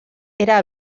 era